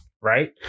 right